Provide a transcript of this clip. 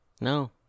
No